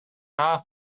half